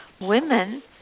women